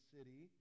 City